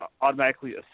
automatically